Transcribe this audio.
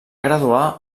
graduar